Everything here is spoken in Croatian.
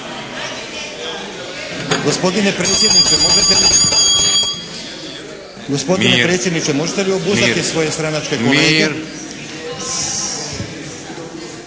Gospodine predsjedniče možete li obuzdati svoje stranačke kolege?